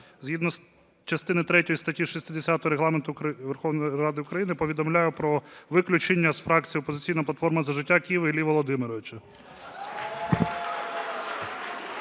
Згідно частини третьої статті 60 Регламенту Верховної Ради України повідомляю про виключення з фракції "Опозиційна платформа – За життя" Киви Іллі Володимировича.